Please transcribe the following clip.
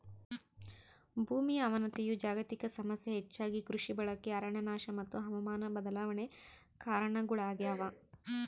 ಭೂಮಿಯ ಅವನತಿಯು ಜಾಗತಿಕ ಸಮಸ್ಯೆ ಹೆಚ್ಚಾಗಿ ಕೃಷಿ ಬಳಕೆ ಅರಣ್ಯನಾಶ ಮತ್ತು ಹವಾಮಾನ ಬದಲಾವಣೆ ಕಾರಣಗುಳಾಗ್ಯವ